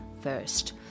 first